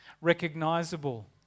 recognizable